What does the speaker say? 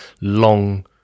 long